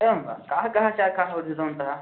एवं वा काः काः शाकाः योजितवन्तः